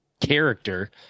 character